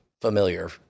familiar